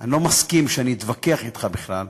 אני לא מסכים שאני אתווכח אתך בכלל,